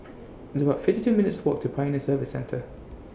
It's about fifty two minutes' Walk to Pioneer Service Centre